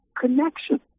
connection